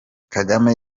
kagame